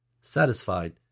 Satisfied